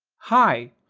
hi,